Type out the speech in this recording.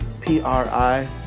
P-R-I